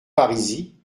parisis